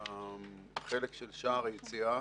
החלק של שער היציאה